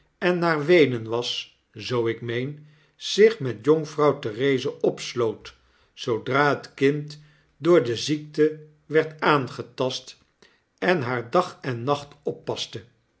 en naar we en en was zoo ik meen zich met jonkvrouw therese opsloot zoodra het kind door de ziekte werd aangetast en haar dag en nacht oppaste